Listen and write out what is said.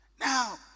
Now